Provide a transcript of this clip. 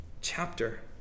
chapter